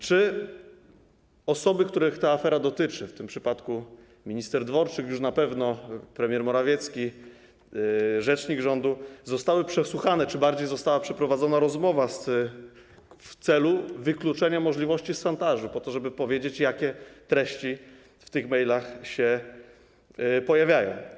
Czy osoby, których ta afera dotyczy - w tym przypadku już na pewno minister Dworczyk, premier Morawiecki, rzecznik rządu - zostały przesłuchane czy bardziej została przeprowadzona z nimi rozmowa w celu wykluczenia możliwości szantażu, po to żeby powiedzieć, jakie treści w tych mailach się pojawiają?